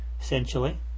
essentially